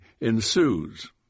ensues